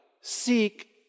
seek